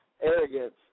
arrogance